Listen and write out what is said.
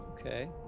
Okay